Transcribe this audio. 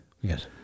Yes